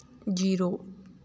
zero